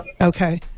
okay